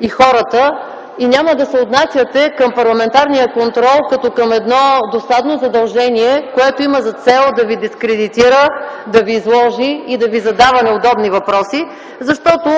и хората, и няма да се отнасяте към парламентарния контрол като към досадно задължение, което има за цел да Ви дескридитира, да Ви изложи и да Ви задава неудобни въпроси, защото